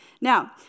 Now